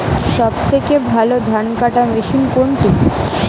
সবথেকে ভালো ধানকাটা মেশিন কোনটি?